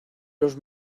los